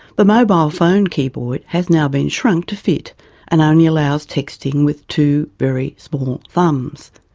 the mobile phone keyboard has now been shrunk to fit and only allows texting with two very small thumbs.